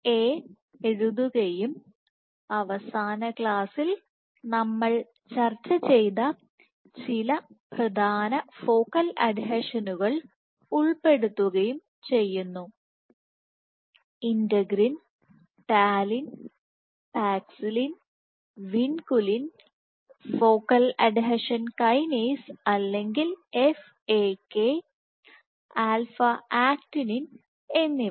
എഴുതുകയും അവസാന ക്ലാസ്സിൽ നമ്മൾ ചർച്ച ചെയ്ത ചില പ്രധാന ഫോക്കൽ അഡ്ഹീഷനുകൾ Focal adhesions ഉൾപ്പെടുത്തുകയും ചെയ്യുന്നു integrin talin paxillin vinculin focal adhesion kinase അല്ലെങ്കിൽ FAK ആൽഫ ആക്ടിനിൻα actinin എന്നിവ